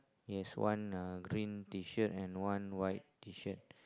he has one uh green T-shirt and one white T-shirt